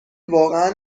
واقعا